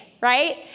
right